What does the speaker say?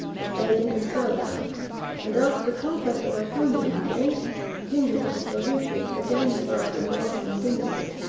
of aidin and sarukhan and after the conquest of iconium the ancient kingdom of the seljukians again revived in the ottoman dynasty.